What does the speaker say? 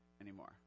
anymore